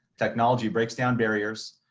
technology, breaks down barriers.